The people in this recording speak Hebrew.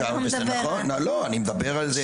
לא, אני מדבר על זה.